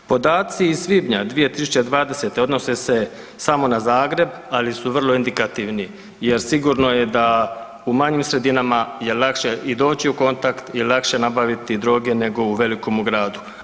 Podaci iz svibnja 2020. odnose se samo na Zagreb, ali su vrlo indikativni jer sigurno je da u manjim sredinama je lakše i doći u kontakt i lakše nabaviti droge, nego u velikom gradu.